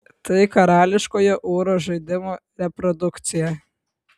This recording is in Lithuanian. tai karališkojo ūro žaidimo reprodukcija